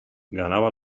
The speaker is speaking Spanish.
ganaba